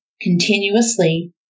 continuously